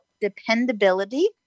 dependability